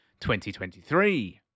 2023